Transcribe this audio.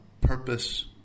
purpose